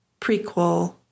prequel